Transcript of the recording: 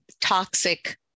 toxic